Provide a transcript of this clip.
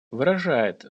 выражает